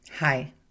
Hi